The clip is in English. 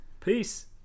Peace